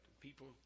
People